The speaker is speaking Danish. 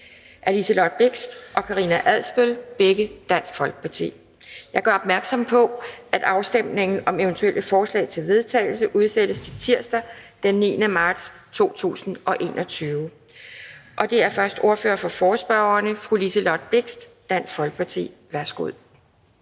Anden næstformand (Pia Kjærsgaard): Jeg gør opmærksom på, at afstemningen om eventuelle forslag til vedtagelse udsættes til tirsdag den 9. marts 2021. Det er først ordføreren for forespørgerne, fru Liselott Blixt, Dansk Folkeparti. Værsgo.